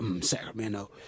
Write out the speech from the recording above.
Sacramento